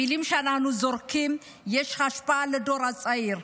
למילים שאנחנו זורקים יש השפעה על הדור הצעיר.